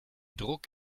druck